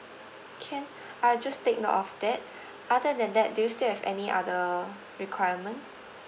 can I just take note of that other than that do you still have any other requirement